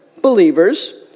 believers